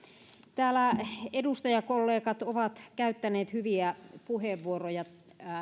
täällä edustajakollegat ovat käyttäneet hyviä puheenvuoroja